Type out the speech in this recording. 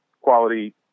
quality